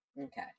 Okay